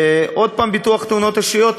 עוד פעם ביטוח תאונות אישיות,